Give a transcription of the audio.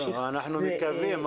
לא, אנחנו מקווים.